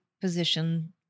position